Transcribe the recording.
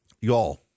Y'all